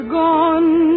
gone